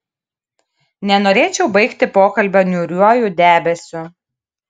nenorėčiau baigti pokalbio niūriuoju debesiu